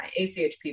ACHP